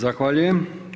Zahvaljujem.